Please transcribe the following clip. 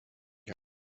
ich